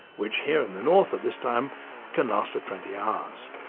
which here in the north at this time can last for twenty hours.